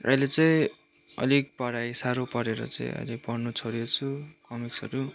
अहिले चाहिँ अलिक पढाइ साह्रो परेर चाहिँ अहिले पढ्नु छोडेको छु कमिक्सहरू